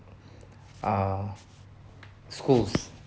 uh schools